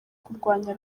kurwanya